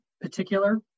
particular